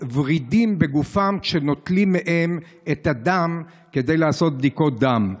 ורידים בגופם כשנוטלים מהם את הדם כדי לעשות בדיקות דם.